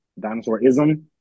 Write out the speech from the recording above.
Dinosaurism